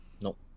Nope